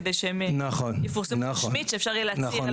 כדי שהם יפורסמו רשמית ושאפשר יהיה להצהיר עליהם.